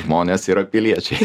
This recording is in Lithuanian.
žmonės yra piliečiai